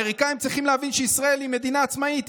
האמריקאים צריכים להבין שישראל היא מדינה עצמאית,